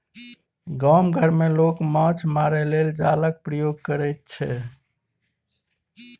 गाम घर मे लोक माछ मारय लेल जालक प्रयोग करय छै